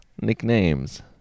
nicknames